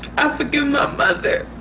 i forgive my mother